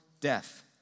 death